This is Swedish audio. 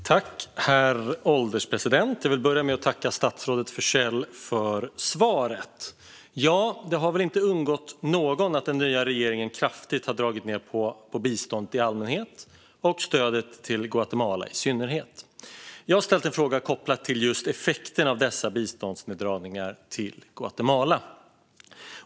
Herr ålderspresident! Jag vill börja med att tacka statsrådet Forssell för svaret. Ja, det har väl inte undgått någon att den nya regeringen kraftigt dragit ned på biståndet i allmänhet och stödet till Guatemala i synnerhet. Jag har ställt en fråga kopplad till effekten av biståndsneddragningen till Guatemala.